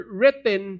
written